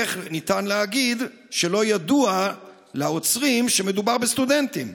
איך ניתן להגיד שלא ידוע לעוצרים שמדובר בסטודנטים?